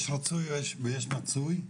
יש רצוי ויש מצוי,